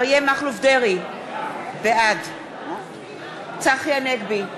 אריה מכלוף דרעי, בעד צחי הנגבי,